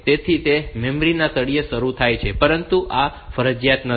તેથી તે મેમરી ના તળિયે શરૂ થાય છે પરંતુ આ ફરજિયાત નથી